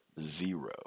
zero